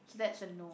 so that's a no